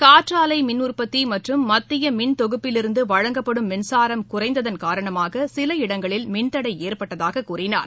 காற்றாலை மின்உற்பத்தி மற்றும் மத்திய மின் தொகுப்பில் இருந்து வழங்கப்படும் மின்சாரம் குறைந்ததன் காரணமாக சில இடங்களில் மின்தடை ஏற்பட்டதாக கூறினார்